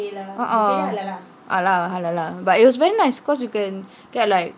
uh uh halal halal but it's was very nice cause we can get like